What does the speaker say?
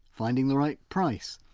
finding the right price.